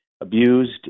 abused